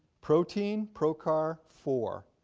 protein, pro car, four.